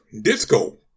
Disco